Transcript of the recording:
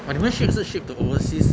oh 你们 ship 是 ship to overseas